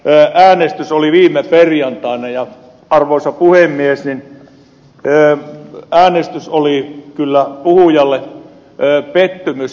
äänestys oli viime perjantaina ja arvoisa puhemies äänestys oli kyllä puhujalle pettymys